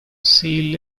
see